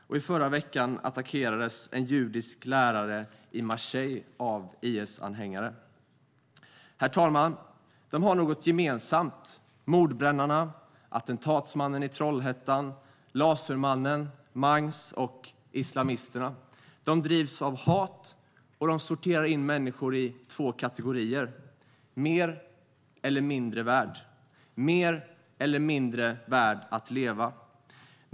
I förra veckan attackerades en judisk lärare i Marseille av IS-anhängare. Herr talman! De har något gemensamt, mordbrännarna, attentatsmannen i Trollhättan, lasermannen, Mangs och islamisterna. De drivs av hat, och de sorterar in människor i två kategorier: mer eller mindre värd och mer eller mindre värd att leva.